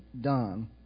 done